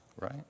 right